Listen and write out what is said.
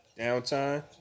Downtime